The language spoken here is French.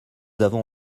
avons